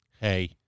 hey